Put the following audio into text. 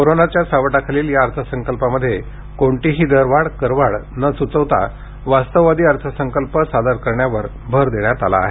कोरोनाच्या सावटाखालील या अर्थसंकल्पांमध्ये कोणतेही करवाढ दरवाढ न सुचविता वास्तववादी अर्थसंकल्प सादर करण्यावर भर देण्यात आला आहे